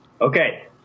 Okay